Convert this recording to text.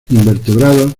invertebrados